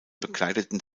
begleiteten